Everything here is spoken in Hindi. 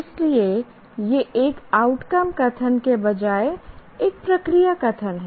इसलिए यह एक आउटकम कथन के बजाय एक प्रक्रिया कथन है